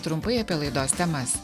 trumpai apie laidos temas